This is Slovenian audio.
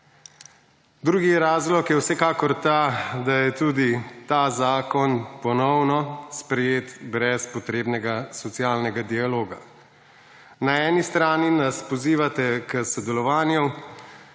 Drugi razlog je vsekakor ta, da je tudi ta zakon ponovno sprejet brez potrebnega socialnega dialoga. Na eni strani nas pozivate k sodelovanju,